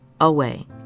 away